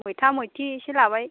मैथा मैथि एसे लाबाय